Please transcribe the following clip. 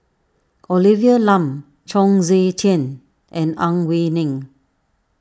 Olivia Lum Chong Tze Chien and Ang Wei Neng